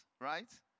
right